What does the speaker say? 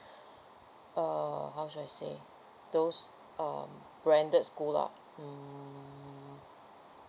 um how should I say those um branded school lah mm